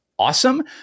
awesome